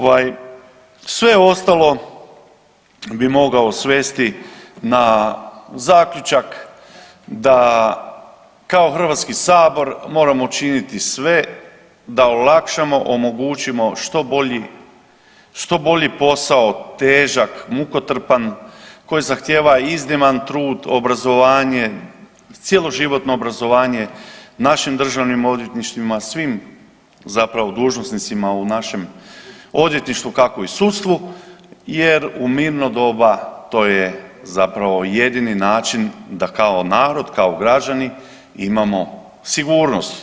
Ovaj, sve ostalo bi mogao svesti na zaključak da, kao HS moramo učiniti sve, da olakšamo, omogućimo što bolji posao, težak, mukotrpan koji zahtijeva izniman trud, obrazovanje, cjeloživotno obrazovanje našim državnim odvjetništvima, svim zapravo dužnosnicima u našem odvjetništvu, kako i sudstvu jer u mirno doba to je zapravo jedini način da kao narod, kao građani imamo sigurnost.